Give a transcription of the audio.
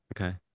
okay